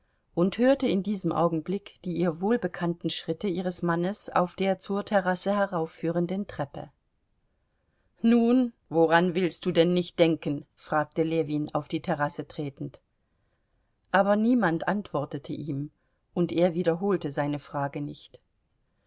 und hörte in diesem augenblick die ihr wohlbekannten schritte ihres mannes auf der zur terrasse heraufführenden treppe nun woran willst du denn nicht denken fragte ljewin auf die terrasse tretend aber niemand antwortete ihm und er wiederholte seine frage nicht